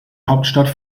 hauptstadt